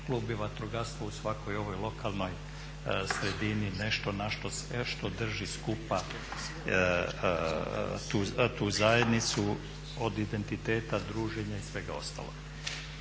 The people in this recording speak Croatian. klub i vatrogastvo i u svakoj ovoj lokalnoj sredini nešto na što se, što drži skupa tu zajednicu, od identiteta, druženja i svega ostalog.